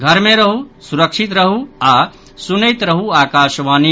घर मे रहू सुरक्षित रहू आ सुनैत रहू आकाशवाणी